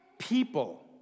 People